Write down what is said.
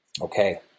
okay